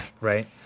right